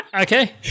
Okay